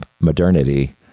modernity